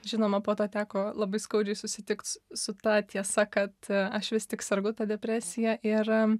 žinoma po to teko labai skaudžiai susitikt s su ta tiesa kad aš vis tik sergu ta depresija ir